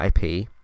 IP